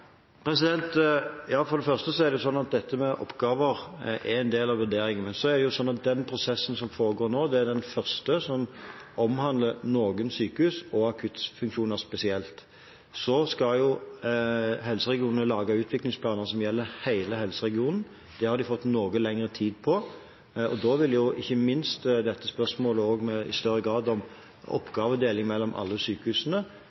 For det første er det slik at oppgaver er en del av vurderingen. Så er det slik at den prosessen som foregår nå, er den første som omhandler noen sykehus og akuttfunksjoner spesielt. Så skal helseregionene lage utviklingsplaner som gjelder hele helseregionen – det har de fått noe lengre tid på. Og da vil ikke minst dette spørsmålet om større grad av oppgavedeling mellom alle sykehusene